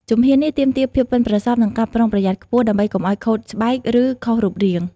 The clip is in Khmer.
ជំហាននេះទាមទារភាពប៉ិនប្រសប់និងការប្រុងប្រយ័ត្នខ្ពស់ដើម្បីកុំឱ្យខូចស្បែកឬខុសរូបរាង។